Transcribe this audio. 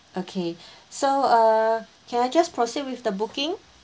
okay so uh can I just proceed with the booking